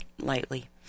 Lightly